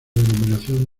denominación